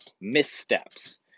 missteps